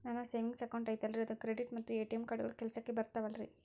ನನ್ನ savings account ಐತಲ್ರೇ ಅದು ಕ್ರೆಡಿಟ್ ಮತ್ತ ಎ.ಟಿ.ಎಂ ಕಾರ್ಡುಗಳು ಕೆಲಸಕ್ಕೆ ಬರುತ್ತಾವಲ್ರಿ?